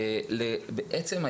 בעצם,